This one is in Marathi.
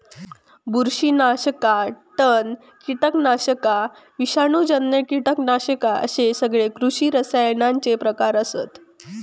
बुरशीनाशका, तण, कीटकनाशका, विषाणूजन्य कीटकनाशका अश्ये सगळे कृषी रसायनांचे प्रकार आसत